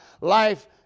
life